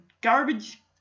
garbage